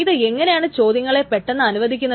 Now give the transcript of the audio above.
ഇത് എങ്ങനെയാണ് ചോദ്യങ്ങളെ പെട്ടെന്ന് അനുവദിക്കുന്നത്